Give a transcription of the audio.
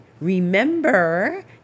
Remember